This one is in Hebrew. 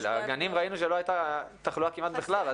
הרי בגנים ראינו שלא הייתה תחלואה כמעט בכלל.